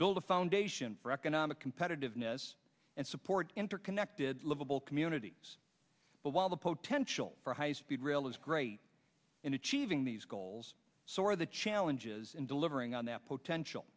build a foundation for economic competitiveness and support interconnected livable communities but while the potential for high speed rail is great in achieving these goals so are the challenges in delivering on that potential